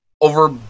over